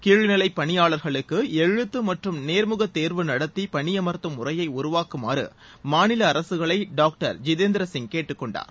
கீழ்நிலை பணியாளர்களுக்கு எழுத்து மற்றும் நேர்முக தேர்வு நடத்தி பணியமர்த்தும் முறையை உருவாக்குமாறு மாநில அரசுகளை டாக்டர் ஜிதேந்திர சிங் கேட்டுக்கொண்டார்